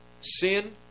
sin